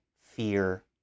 fear